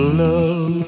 love